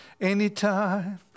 Anytime